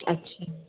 अच्छा